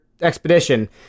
expedition